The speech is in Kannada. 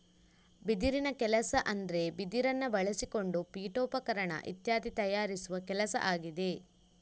ಬಿದಿರಿನ ಕೆಲಸ ಅಂದ್ರೆ ಬಿದಿರನ್ನ ಬಳಸಿಕೊಂಡು ಪೀಠೋಪಕರಣ ಇತ್ಯಾದಿ ತಯಾರಿಸುವ ಕೆಲಸ ಆಗಿದೆ